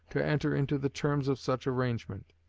to enter into the terms of such arrangement.